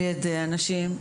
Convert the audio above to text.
על ידי אנשים,